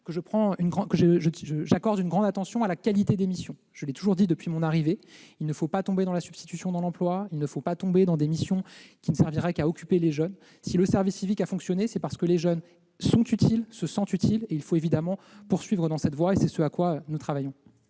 j'accorde une grande importance à la qualité des missions : je l'ai souligné dès ma prise de fonctions, il ne faut pas tomber dans la substitution à l'emploi ni dans des missions qui ne serviraient qu'à occuper les jeunes. Si le service civique a fonctionné, c'est parce que les jeunes sont utiles et se sentent tels. Il faut évidemment poursuivre dans cette voie, et c'est ce à quoi nous travaillons.